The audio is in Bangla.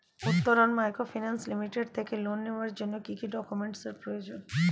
উত্তরন মাইক্রোফিন্যান্স লিমিটেড থেকে লোন নেওয়ার জন্য কি কি ডকুমেন্টস এর প্রয়োজন?